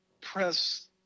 press